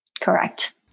Correct